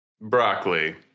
Broccoli